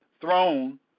throne